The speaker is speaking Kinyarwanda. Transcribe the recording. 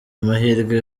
amahirwe